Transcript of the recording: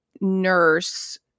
nurse